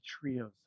trios